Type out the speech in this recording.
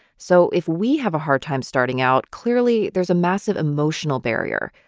so if we have a hard time starting out, clearly there's a massive emotional barrier.